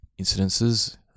incidences